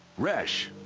resh.